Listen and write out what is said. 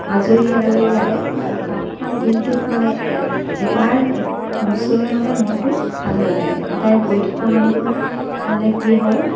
আজৰি আজৰি লাগে আৰু তাঁতখন দিনটোত মানে এক এবাৰ নুচুলে মানে মনটো ভাল নালাগে সদায় বৈ থকা মানুহৰ মানে কি হয়